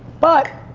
but